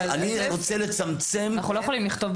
אני רוצה לצמצם --- אנחנו לא יכולים לכתוב בחוק